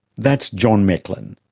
that's john mecklin,